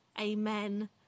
Amen